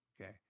Okay